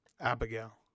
Abigail